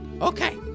Okay